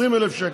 20,000 שקל,